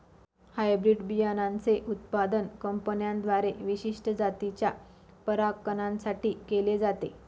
hybrid बियाणांचे उत्पादन कंपन्यांद्वारे विशिष्ट जातीच्या परागकणां साठी केले जाते